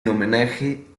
homenaje